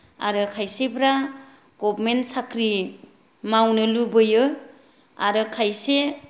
आरो खायसेफ्रा गभमेन्ट साख्रि मावनो लुबैयो आरो खायसे